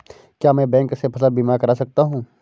क्या मैं बैंक से फसल बीमा करा सकता हूँ?